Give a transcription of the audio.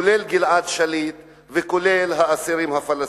כולל גלעד שליט וכולל האסירים הפלסטינים.